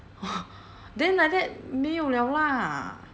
then like that 没有了 lah